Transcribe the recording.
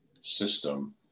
system